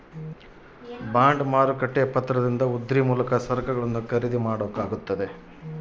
bond ಮಾರುಕಟ್ಟೆಯ ಪತ್ರದಿಂದ ಉದ್ರಿ ಮೂಲಕ ಸರಕುಗಳನ್ನು ಖರೀದಿ ಮಾಡಬೊದು